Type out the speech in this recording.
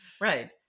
Right